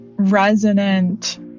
resonant